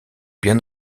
bien